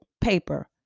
paper